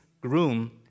groom